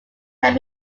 had